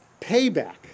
payback